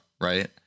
right